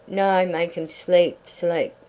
no, makum sleep, sleep.